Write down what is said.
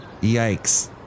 Yikes